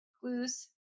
clues